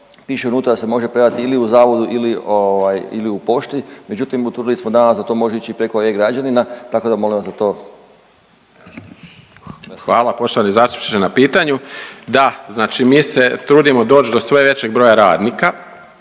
piše unutra da se može predati ili u zavodu ili ovaj u pošti, međutim, utvrdili smo danas da to može ići i preko e-Građanina, tako da molim vas da to .../nerazumljivo/... **Jelić, Dragan** Hvala poštovani zastupniče na pitanju. Da, znači mi se trudimo doći do sve većeg broja radnika